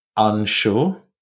Unsure